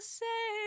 say